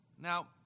Now